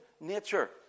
nature